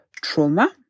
trauma